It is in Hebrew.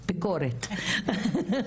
ביקורת.